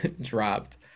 dropped